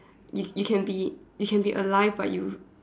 you you can be you can be alive but you